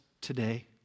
today